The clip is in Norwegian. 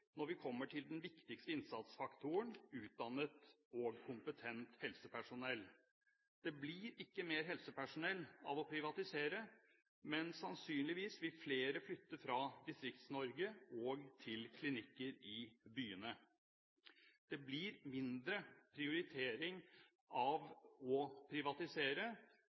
når vi kommer til den viktigste innsatsfaktoren, utdannet og kompetent helsepersonell. Det blir ikke mer helsepersonell av å privatisere, men sannsynligvis vil flere flytte fra Distrikts-Norge og til klinikker i byene. Det blir mindre prioritering av å privatisere,